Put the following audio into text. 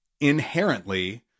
inherently